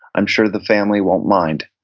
i'm sure the family won't mind.